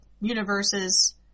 universes